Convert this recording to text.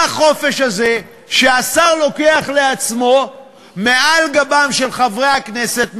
מה החופש הזה שהשר לוקח לעצמו מעל גבם של חברי הכנסת,